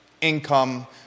income